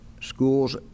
schools